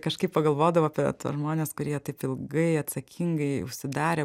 kažkaip pagalvodavau apie tuos žmones kurie taip ilgai atsakingai užsidarę